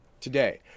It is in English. today